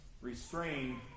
restrained